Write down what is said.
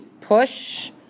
push